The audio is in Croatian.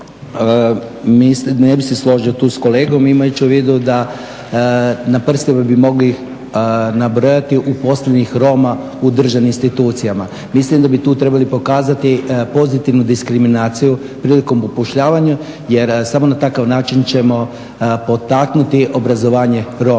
ne bih se složio tu s kolegom imajući u vidu da na prste bi mogli nabrojati u posljednjih Roma u državnim institucijama. Mislim da bi tu trebali pokazati pozitivnu diskriminaciju prilikom upošljavanja jer samo na takav način ćemo potaknuti obrazovanje Roma,